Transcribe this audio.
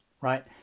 right